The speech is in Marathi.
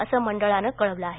असे मंडळानं कळवलं आहे